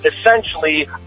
essentially